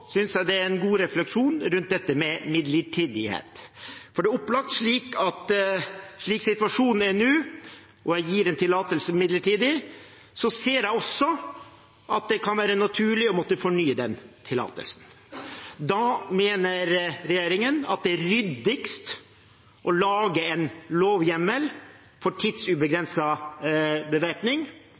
synes det er en god refleksjon rundt dette med midlertidighet, for det er opplagt – slik situasjonen er nå, og jeg gir en tillatelse midlertidig – at jeg også ser det kan være naturlig å måtte fornye den tillatelsen. Da mener regjeringen det er ryddigst å lage en lovhjemmel for tidsubegrenset bevæpning